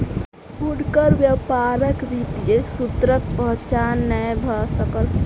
हुनकर व्यापारक वित्तीय सूत्रक पहचान नै भ सकल